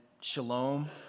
shalom